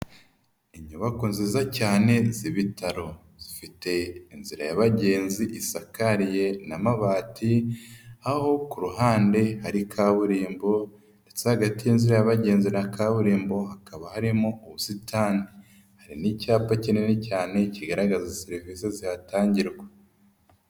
Inyubako nziza cyane z'ibitaro, zifite inzira y'abagenzi isakaye n'amabati, aho ku ruhande hari kaburimbo, ndetse hagati y'inzira y'abagenzi na kaburimbo hakaba harimo ubusitani, hari n'icyapa kinini cyane kigaragaza serivisi zihatangirwa.